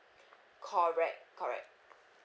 correct correct